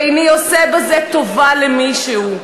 ואיני עושה בזה טובה למישהו,